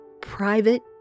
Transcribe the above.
private